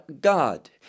God